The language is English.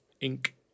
ink